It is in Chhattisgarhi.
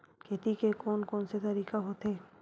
खेती के कोन कोन से तरीका होथे?